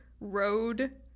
road